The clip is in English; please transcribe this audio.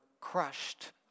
crushed